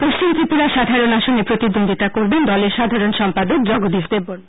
পশ্চিম ত্রিপুরা সাধারণ আসনে প্রতিদ্বন্দ্বিতা করবেন দলের সাধারণ সম্পাদক জগদীশ দেববর্মা